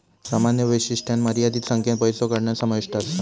सामान्य वैशिष्ट्यांत मर्यादित संख्येन पैसो काढणा समाविष्ट असा